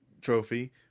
trophy